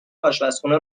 آشپزخونه